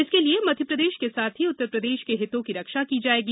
इसके लिए मध्यप्रदेश के साथ ही उत्तरप्रदेश के हितो की रक्षा की जायेगी